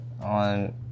on